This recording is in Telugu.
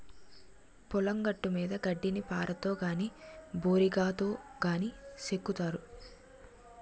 పొలం గట్టుమీద గడ్డిని పారతో గాని బోరిగాతో గాని సెక్కుతారు